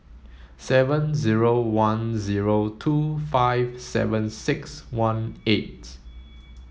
seven zero one zero two five seven six one eight